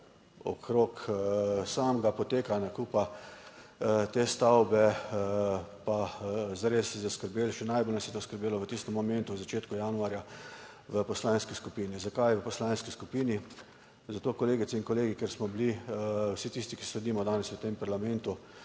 okrog samega poteka nakupa te stavbe, pa zares zaskrbelo. Še najbolj nas je to skrbelo v tistem momentu v začetku januarja v poslanski skupini. Zakaj v poslanski skupini? Zato, kolegice in kolegi, ker smo bili vsi tisti, ki sedimo danes, v tem parlamentu